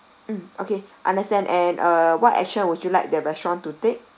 mm okay understand and uh what action would you like the restaurant to take